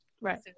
Right